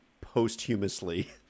Posthumously